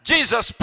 Jesus